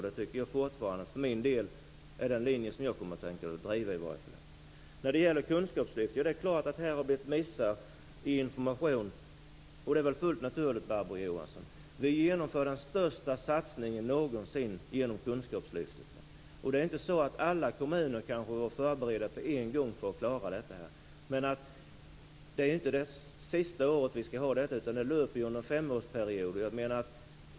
Det är fortfarande den linje som jag tänker driva. När det gäller kunskapslyftet är det klart att det har blivit missar i information. Det är fullt naturligt. Vi genomförde den största satsningen någonsin genom kunskapslyftet. Alla kommuner kanske inte var förberedda på en gång för att klara detta. Men det är nu inte det sista året, utan det löper under en femårsperiod.